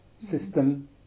system